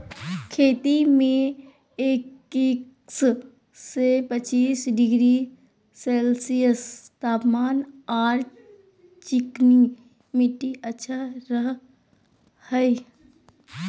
खेती में इक्किश से पच्चीस डिग्री सेल्सियस तापमान आर चिकनी मिट्टी अच्छा रह हई